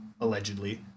allegedly